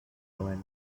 lavender